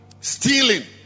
stealing